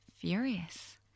furious